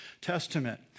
Testament